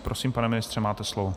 Prosím, pane ministře, máte slovo.